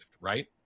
right